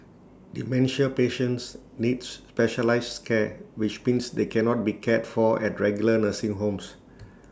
dementia patients needs specialised care which means they cannot be cared for at regular nursing homes